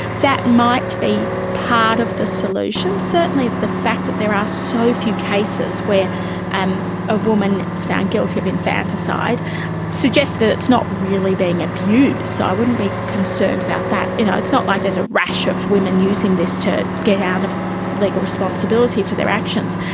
that might be part of the solution. certainly the fact that there are so few cases where and a woman is found guilty of infanticide suggest that it's not really being abused. so i wouldn't be concerned about that. you know it's not like there's a rash of women using this to get out of legal responsibility for their actions.